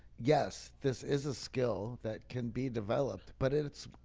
yes, this is a skill that can be developed, but it's,